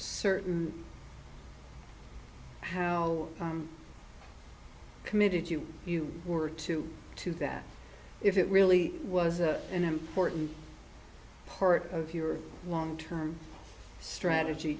certain how committed you you were to to that if it really was an important part of your long term strategy